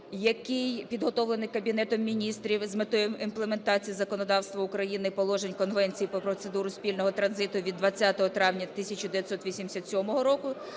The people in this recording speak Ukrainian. який підготовлений Кабінетом Міністрів з метою імплементації законодавства України і положень Конвенції про процедуру спільного транзиту від 20 травня 1987 року